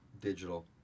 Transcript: digital